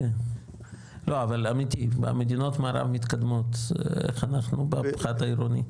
אמיתי במדינות המערב מתקדמות איך אנחנו בפחת העירוני?